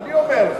אני אומר.